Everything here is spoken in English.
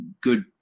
good